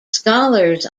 scholars